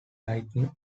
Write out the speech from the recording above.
lighting